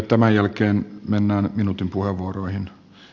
tämän jälkeen mennään minuutin puheenvuoroihin